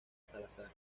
salazar